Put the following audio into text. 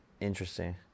interesting